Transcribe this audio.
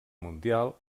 mundial